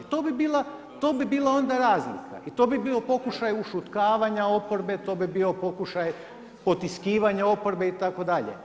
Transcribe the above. To bi bila onda razlika i to bi bio pokušaj ušutkavanja oporbe, to bi bio pokušaj potiskivanje oporbe, itd.